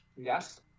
Yes